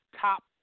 top